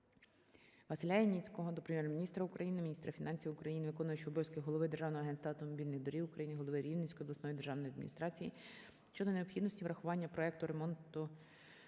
ВасиляЯніцького до Прем'єр-міністра України, міністра фінансів України, виконуючого обов'язків Голови Державного агентства автомобільних доріг України, голови Рівненської обласної державної адміністрації щодо необхідності врахування проекту ремонту